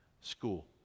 school